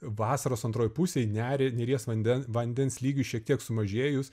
vasaros antroj pusėj nerį neries vanden vandens lygiui šiek tiek sumažėjus